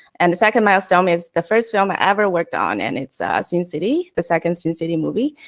and the second milestone is the first film i ever worked on, and it's ah sin city. the second sin city movie,